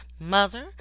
mother